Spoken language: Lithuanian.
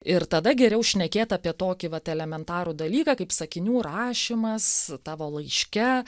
ir tada geriau šnekėt apie tokį vat elementarų dalyką kaip sakinių rašymas tavo laiške